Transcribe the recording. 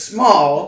Small